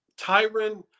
Tyron